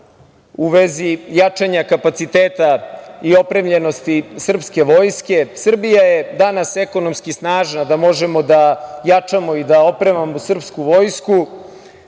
u vezi jačanja kapaciteta i opremljenosti srpske vojske. Srbija je danas ekonomski snažna da možemo da jačamo i da opremamo srpsku vojsku. Naše